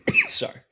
sorry